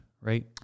right